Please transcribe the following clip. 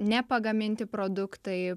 ne pagaminti produktai